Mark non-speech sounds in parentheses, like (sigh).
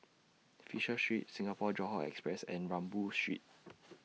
(noise) Fisher Street Singapore Johore Express and Rambau Street